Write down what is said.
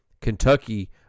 Kentucky